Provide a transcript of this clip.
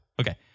Okay